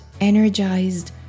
energized